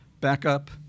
backup